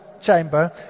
chamber